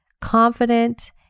confident